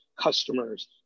customers